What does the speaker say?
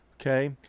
Okay